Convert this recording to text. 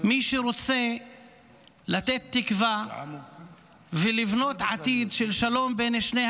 מי שרוצה לתת תקווה ולבנות עתיד של שלום בין שנים